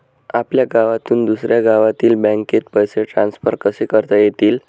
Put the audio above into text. आपल्या गावातून दुसऱ्या गावातील बँकेत पैसे ट्रान्सफर कसे करता येतील?